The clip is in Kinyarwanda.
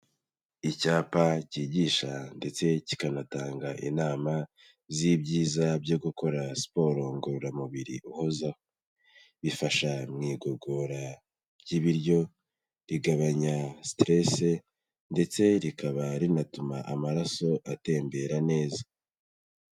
Icyapa kigisha ndetse kikanatanga inama z'ibyiza byo gukora siporo ngororamubiri uhozaho, rifasha mu igogora ry'ibiryo, rigabanya siteresi ndetse rikaba rinatuma amaraso atembera neza.